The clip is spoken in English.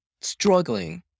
struggling